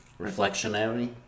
reflectionary